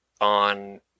on